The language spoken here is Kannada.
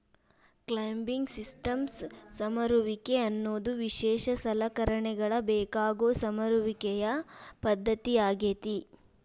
ಕ್ಲೈಂಬಿಂಗ್ ಸಿಸ್ಟಮ್ಸ್ ಸಮರುವಿಕೆ ಅನ್ನೋದು ವಿಶೇಷ ಸಲಕರಣೆಗಳ ಬೇಕಾಗೋ ಸಮರುವಿಕೆಯ ಪದ್ದತಿಯಾಗೇತಿ